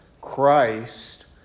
Christ